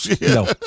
No